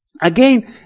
Again